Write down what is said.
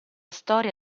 storia